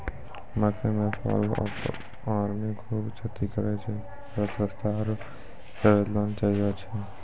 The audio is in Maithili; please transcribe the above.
मकई मे फॉल ऑफ आर्मी खूबे क्षति करेय छैय, इकरो सस्ता आरु सरल निदान चाहियो छैय?